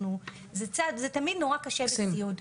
זה צד וזה תמיד נורא קשה בתיעוד.